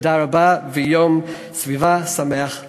תודה רבה ויום סביבה שמח לכולם.